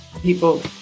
people